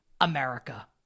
America